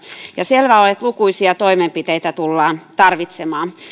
ja selvää on että lukuisia toimenpiteitä tullaan tarvitsemaan